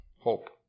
hope